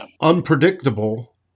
unpredictable